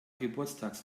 geburtstags